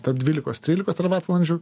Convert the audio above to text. tarp dvylikos trylikos teravatvalandžių